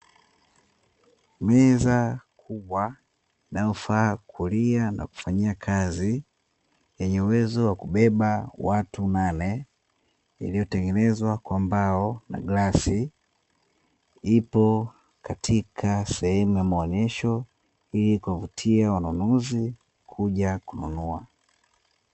Meza kubwa inayofaa kulia na kufanyia kazi yenye uwezo wa kubeba watu nane, iliyotengenezwa kwa mbao na glasi, ipo katika sehemu ya maonyesho ili kuwavutia wanunuzi kuja kununua.